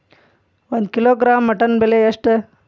ಒಂದು kilogram mutton ಬೆಲೆ ಎಷ್ಟ್?